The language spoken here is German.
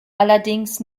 allerdings